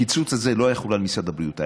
הקיצוץ הזה לא יחול על משרד הבריאות.